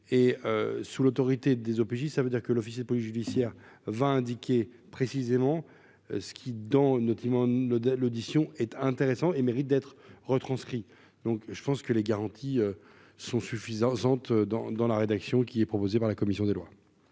et sous l'autorité des OPJ, ça veut dire que l'officier de police judiciaire va indiquer précisément ce qui notamment le audition est intéressant et mérite d'être retranscrit. Donc je pense que les garanties sont suffisantes dans dans la rédaction qui est proposé par la commission des lois.